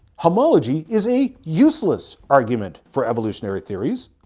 homology is a useless argument for evolutionary theories,